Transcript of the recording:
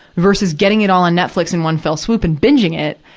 versus getting it all on netflix in one fell swoop and binging it.